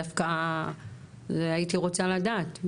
דווקא הייתי רוצה לדעת,